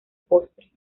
postre